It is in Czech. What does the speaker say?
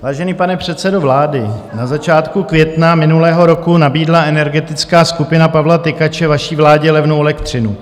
Vážený pane předsedo vlády, na začátku května minulého roku nabídla energetická skupina Pavla Tykače vaší vládě levnou elektřinu.